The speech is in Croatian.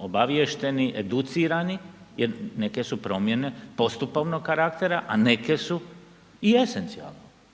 obaviješteni, educirani jer neke su promjene postupovnog karaktera, a neke su i esencijalnog